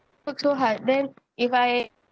work so hard then if I